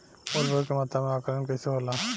उर्वरक के मात्रा में आकलन कईसे होला?